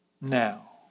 now